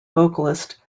vocalist